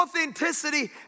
Authenticity